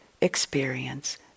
experience